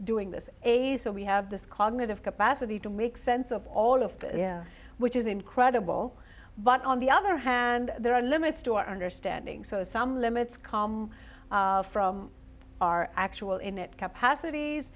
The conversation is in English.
doing this age so we have this cognitive capacity to make sense of all of this yeah which is incredible but on the other hand there are limits to our understanding so some limits come from our actual innate capacities